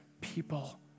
people